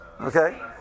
Okay